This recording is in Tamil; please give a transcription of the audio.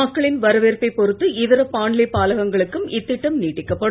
மக்களின் வரவேற்பைப் பொறுத்து இதர பாண்லே பாலகங்களுக்கும் இத்திட்டம் நீட்டிக்கப்படும்